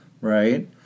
Right